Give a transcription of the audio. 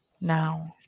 now